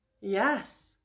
Yes